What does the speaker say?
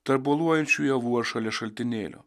tarp boluojančių javų ar šalia šaltinėlio